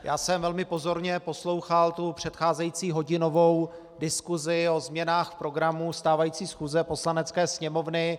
Já jsem velmi pozorně poslouchal předcházející hodinovou diskusi o změnách programu stávající schůze Poslanecké sněmovny.